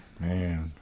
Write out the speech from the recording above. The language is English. Man